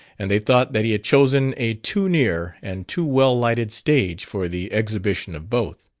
and they thought that he had chosen a too near and too well-lighted stage for the exhibition of both.